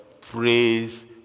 praise